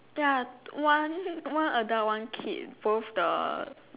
ya one one adult one kid both the